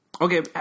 Okay